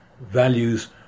values